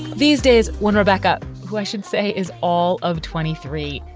these days, when rebecca, who i should say is all of twenty three,